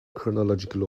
chronological